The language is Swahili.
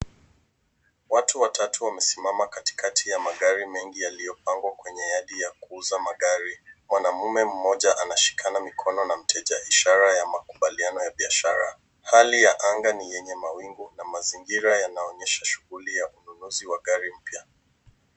Watu watatu wamesimama katikati ya magari mengi yaliyo pangwa kwenye yadi ya kuuza magari . Mwanamume mmoja anashikana mkono na mteja ishara ya makubaliano ya biashara. Hali ya anga ni yenye mawingi na mazingira yanaonyesha shughuli ya ununuzi wa gari mpya.